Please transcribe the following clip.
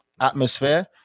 atmosphere